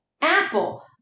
Apple